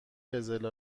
قزل